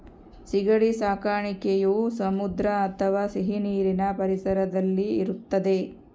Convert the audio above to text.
ಸೀಗಡಿ ಸಾಕಣೆಯು ಸಮುದ್ರ ಅಥವಾ ಸಿಹಿನೀರಿನ ಪರಿಸರದಲ್ಲಿ ಇರುತ್ತದೆ